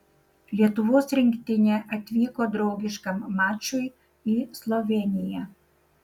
lietuvos rinktinė atvyko draugiškam mačui į slovėniją